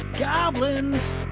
Goblins